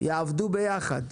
יעבדו ביחד.